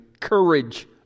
courage